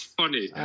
funny